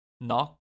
knock